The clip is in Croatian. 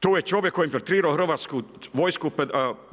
Tu je čovjek koji je diktirao hrvatsku vojsku